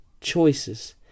Choices